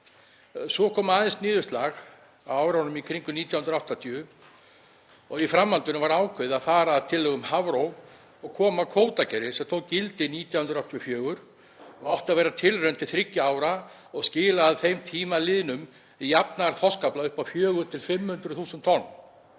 Svo kom aðeins niðurslag á árunum í kringum 1980 og í framhaldinu var ákveðið að fara að tillögum Hafró og koma á kvótakerfi sem tók gildi 1984. Það átti að vera tilraun til þriggja ára og skila að þeim tíma liðnum jafnaðarþorskafla upp á 400.000–500.000 tonn.